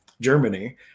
Germany